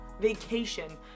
vacation